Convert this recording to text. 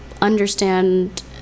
understand